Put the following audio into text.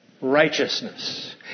righteousness